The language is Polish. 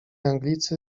anglicy